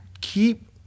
Keep